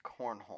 cornhole